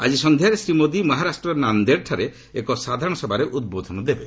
ଆଜି ସନ୍ଧ୍ୟାରେ ଶ୍ରୀ ମୋଦି ମହାରାଷ୍ଟ୍ରର ନାନ୍ଦେଡ୍ଠାରେ ଏକ ସାଧାରଣ ସଭାରେ ଉଦ୍ବୋଧନ ଦେବେ